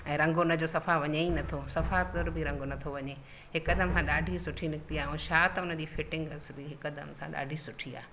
ऐं रंग हुन जो सफ़ा वञे ई नथो सफ़ा तुर बि रंग नथो वञे हिकदमि सां ॾाढी सुठी निकिती आहे ऐं छा त हुन जी फिटिंग हुई हिकदमि सां ॾाढी सुठी आहे